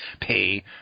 pay